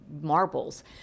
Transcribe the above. marbles